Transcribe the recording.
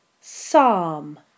Psalm